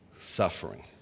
suffering